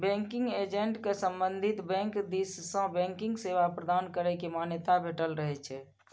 banking agent कें संबंधित bank दिस सं बैंकिंग सेवा प्रदान करै के मान्यता भेटल रहै छै